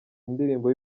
indirimbo